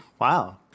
Wow